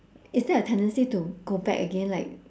is there a tendency to go back again like